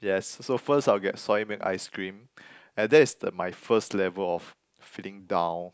yes so first I would get soy milk ice cream and that's the my first level of feeling down